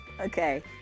Okay